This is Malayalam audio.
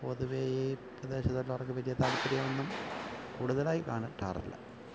പൊതുവേ ഈ പ്രദേശത്തുള്ളവർക്ക് വലിയ താല്പര്യമൊന്നും കൂടുതലായി കാണ ട്ടാറില്ല